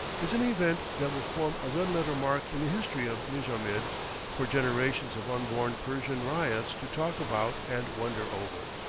is an event that will form a red-letter mark in the history of mijamid for generations of unborn persian ryots to talk about and wonder over.